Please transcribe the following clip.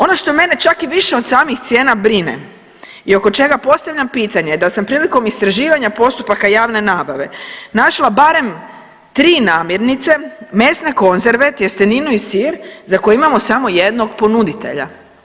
Ono što mene čak i više od samih cijena brine i oko čega postavljam pitanje da sam prilikom istraživanja postupaka javne nabave našla barem 3 namirnice, mesne konzerve, tjesteninu i sir za kojeg imamo samo jednog ponuditelja.